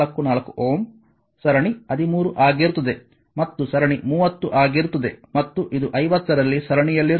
444 Ω ಸರಣಿ 13 ಆಗಿರುತ್ತದೆ ಮತ್ತು ಸರಣಿ 30 ಆಗಿರುತ್ತದೆ ಮತ್ತು ಇದು 50 ರಲ್ಲಿ ಸರಣಿಯಲ್ಲಿರುತ್ತದೆ